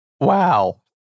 Wow